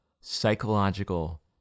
psychological